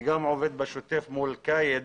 בשוטף אני גם עובד מול כאיד.